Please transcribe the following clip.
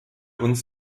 uns